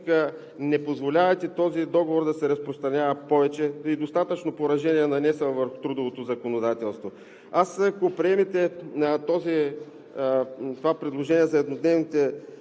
не позволявайте и този договор да се разпространява повече! Достатъчно поражения е нанесъл върху трудовото законодателство. Ако приемате това предложение за еднодневните